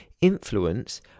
influence